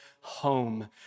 home